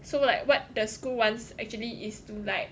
so like what the school wants actually is to like